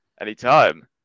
Anytime